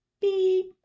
Beep